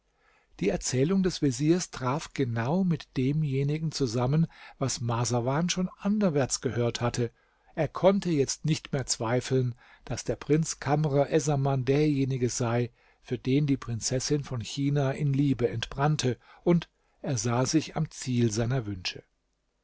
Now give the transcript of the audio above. die erzählung des veziers traf genau mit demjenigen zusammen was marsawan schon anderwärts gehört hatte er konnte jetzt nicht mehr zweifeln daß der prinz kamr essaman derjenige sei für den die prinzessin von china in liebe entbrannte und er sah sich am ziel seiner wünsche